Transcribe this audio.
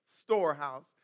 storehouse